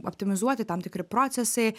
optimizuoti tam tikri procesai